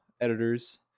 editors